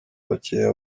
abakiriya